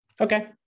Okay